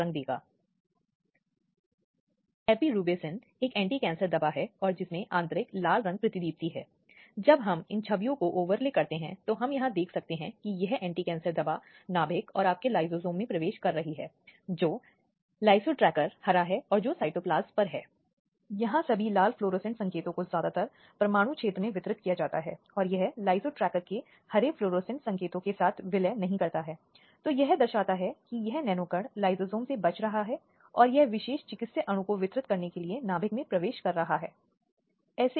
यहां तक कि कार्य स्थल पर यौन उत्पीड़न की बात करते हुए हमने कहा कि जब आंतरिक शिकायत समिति अपनी कार्यवाही कर रही है तो उसे यह देखने के लिए प्रयास करना चाहिए कि कोई आमने सामने बातचीत न हो क्योंकि यह महिला के आघात को गंभीरता से बढ़ाता है उसे उस घटना या उत्पीड़न की याद दिलाई जाती है जो उस की स्मृति में है और वह भयभीत हो सकती है और वह खुद को वापस ले सकती है और इसलिए इस तरह के टकराव से बचना चाहिए